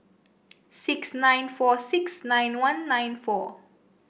six nine four six nine one nine four